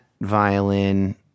violin